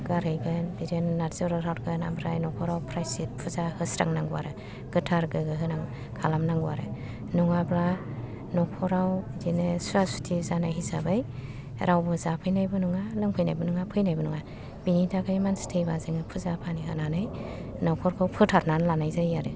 गोथैखौ गारहैगोन नारजि अरगारहरगोन आरो न'खराव प्राइसिथ फुजा होस्रांनांगौ आरो गोथार गोगो खालामनांगौ आरो नङाबा न'खराव बिदिनो सुवा सुथि जानाय हिसाबै रावबो जाफैनायबो नङा लोंफैनायबो नङा फैनायबो नङा बेनि थाखाय मानसि थैबा जोङो फुजा फानि होनानै न'खरखौ फोथारनानै लानाय जायो आरो